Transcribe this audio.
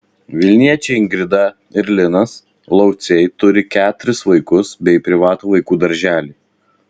vilniečiai ingrida ir linas lauciai turi keturis vaikus bei privatų vaikų darželį